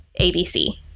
ABC